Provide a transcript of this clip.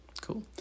cool